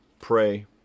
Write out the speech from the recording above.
pray